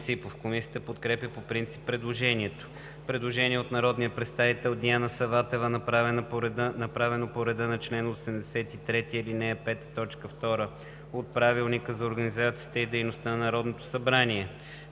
Ципов. Комисията подкрепя по принцип предложението. Предложение от народния представител Диана Саватева, направено по реда на чл. 83, ал. 5, т. 2 от Правилника за организацията и дейността на Народното събрание.